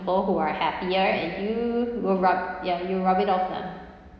people who are happier and you will rub ya you'll rub it off lah